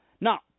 Now